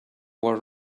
what